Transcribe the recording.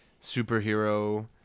superhero